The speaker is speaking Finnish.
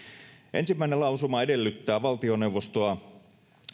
ensimmäinen lausuma edellyttää valtioneuvostoa